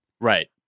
Right